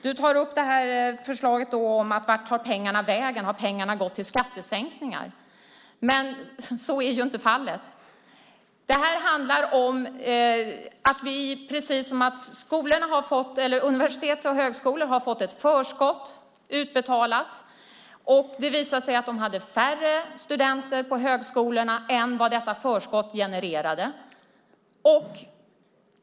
Du tar upp förslaget och undrar vart pengarna tar vägen och om pengarna har gått till skattesänkningar. Så är inte fallet. Det är precis som när universitet och högskolor har fått ett förskott utbetalat och det visar sig att de hade färre studenter på högskolorna än vad detta förskott genererade.